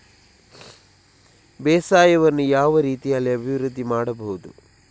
ಬೇಸಾಯವನ್ನು ಯಾವ ರೀತಿಯಲ್ಲಿ ಅಭಿವೃದ್ಧಿ ಮಾಡಬಹುದು?